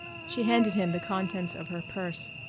she handed him the contents of her purse.